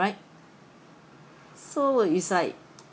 right so it's like